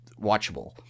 watchable